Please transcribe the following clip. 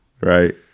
Right